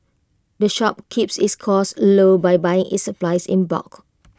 the shop keeps its costs low by buying its supplies in bulk